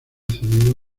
cedido